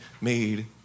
made